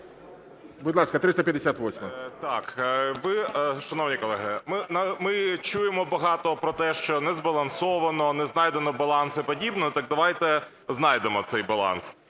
Будь ласка, 358-а. ПАВЛЕНКО Р.М. Шановні колеги, ми чуємо багато про те, що не збалансовано, не знайдено балансу і подібне. Так давайте знайдемо цей баланс.